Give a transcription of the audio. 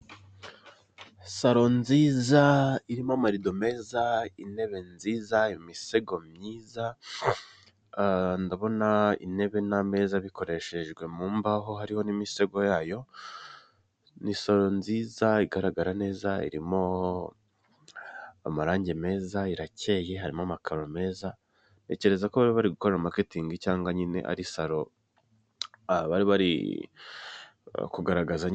Salo nziza irimo amarido meza, intebe nziza, imisego myiza, ndabona intebe n'ameza bikoreshejwe mu mbaho hariho n'imisego yayo, ni saro nziza igaragara neza, irimo amarangi meza, irakeye, harimo amakaro meza, ntekereza ko bari bari gukora maketingi cyangwa nyine ari salo bari bari kugaragaza.